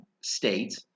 state